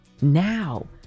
Now